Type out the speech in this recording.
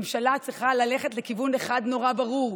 ממשלה צריכה ללכת לכיוון אחד נורא ברור,